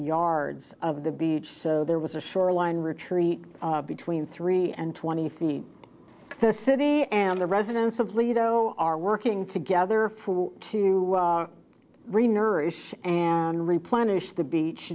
yards of the beach so there was a shoreline retreat between three and twenty feet the city and the residents of lido are working together to really nerve and replenish the beach